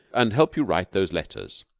and help you write those letters.